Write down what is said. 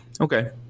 Okay